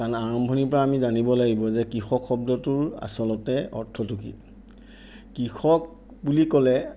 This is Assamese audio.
কাৰণ আৰম্ভণিৰ পৰা আমি জানিব লাগিব যে কৃষক শব্দটোৰ আচলতে অৰ্থটো কি কৃষক বুলি ক'লে